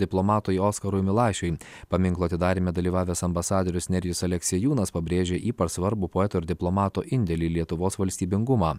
diplomatui oskarui milašiui paminklo atidaryme dalyvavęs ambasadorius nerijus aleksiejūnas pabrėžė ypač svarbų poeto ir diplomato indėlį lietuvos valstybingumą